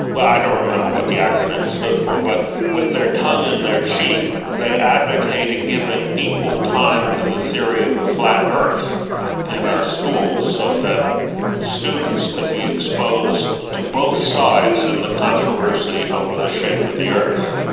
i don't remember what the acronym stood for, but with their tongue in their cheek they advocated giving equal time to the theory of a flat earth in our schools so that students could be exposed to both sides in the controversy over the shape of the earth.